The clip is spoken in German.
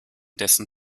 dessen